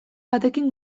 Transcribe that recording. batekin